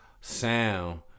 Sound